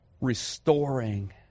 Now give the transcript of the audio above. restoring